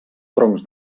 troncs